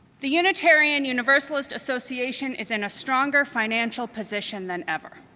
the unitarian universalist association is in a stronger financial position than ever.